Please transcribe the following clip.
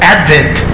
Advent